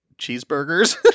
cheeseburgers